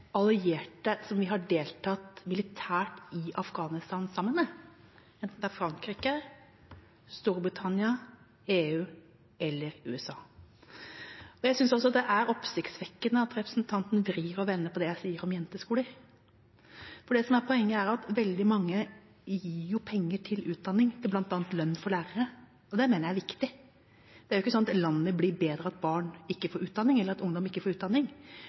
i Afghanistan. Det er Frankrike, Storbritannia, EU eller USA. Jeg synes det er oppsiktsvekkende at representanten vrir og vrenger på det jeg sier om jenteskoler. Poenget er at veldig mange gir penger til utdanning, bl.a. til lønn for lærere, og det mener jeg er viktig. Det er jo ikke sånn at landet blir bedre av at barn eller ungdom ikke får utdanning. Men det er sånn at vestlige givere ikke